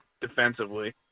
defensively